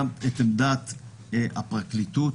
גם את עמדת הפרקליטות